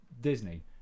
Disney